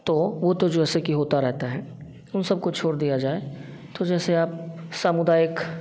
तो वह तो जैसे कि होता रहता है उन सब को छोड़ दिया जाए तो जैसे आप सामुदायिक